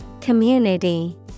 Community